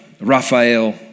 Raphael